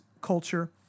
culture